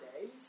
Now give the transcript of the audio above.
days